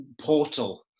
portal